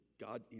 God